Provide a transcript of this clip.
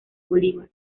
bolívar